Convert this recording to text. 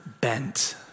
bent